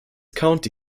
county